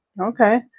Okay